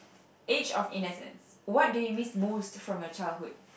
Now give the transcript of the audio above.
age of innocence what do you miss most from your childhood